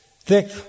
Thick